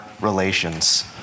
relations